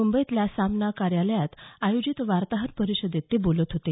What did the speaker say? मुंबईतल्या सामना कार्यालयात आयोजित वार्ताहर परिषदेत ते बोलत होते